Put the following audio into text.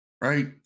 right